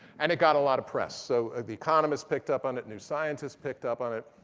and it got a lot of press. so the economist picked up on it. new scientist picked up on it.